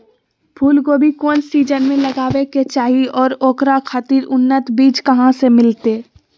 फूलगोभी कौन सीजन में लगावे के चाही और ओकरा खातिर उन्नत बिज कहा से मिलते?